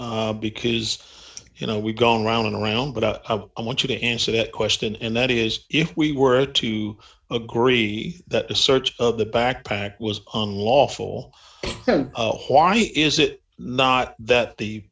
me because you know we've gone around and around but a i want you to answer that question and that is if we were to agree that a search of the backpack was unlawful is it not that the